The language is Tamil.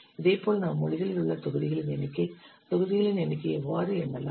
இதேபோல் நாம் மொழிகளில் உள்ள தொகுதிகளின் எண்ணிக்கை தொகுதிகளின் எண்ணிக்கையை எவ்வாறு எண்ணலாம்